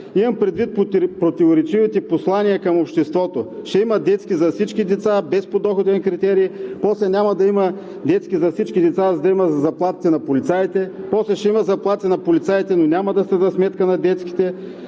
Имам предвид противоречивите послания към обществото – ще има детски за всички деца, без подоходен критерий; после няма да има детски за всички деца, за да има за заплатите на полицаите; после ще има заплати на полицаите, но няма да са за сметка на детските.